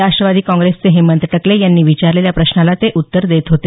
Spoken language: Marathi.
राष्ट्रवादी काँग्रेसचे हेमंत टकले यांनी विचारलेल्या प्रश्नाला ते उत्तर देत होते